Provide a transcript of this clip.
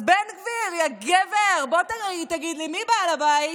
אז בן גביר, יא גבר, בוא תגיד לי, מי בעל הבית?